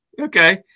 Okay